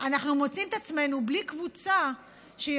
אנחנו מוצאים את עצמנו בלי קבוצה שיכולה